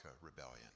Rebellion